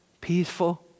peaceful